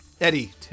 Eddie